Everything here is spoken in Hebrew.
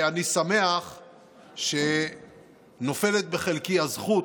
אני שמח שנופלת בחלקי הזכות,